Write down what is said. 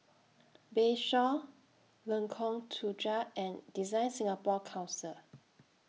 Bayshore Lengkong Tujuh and DesignSingapore Council